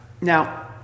now